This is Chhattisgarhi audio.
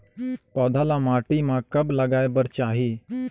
पौधा ल माटी म कब लगाए बर चाही?